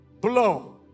Blow